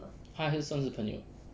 她还是算是朋友